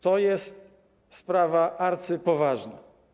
To jest sprawa arcypoważna.